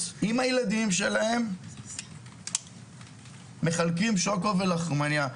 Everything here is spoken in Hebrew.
עם הילדים שלהם ומחלקים שוקו ולחמנייה.